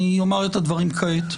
אני אומר את הדברים כעת.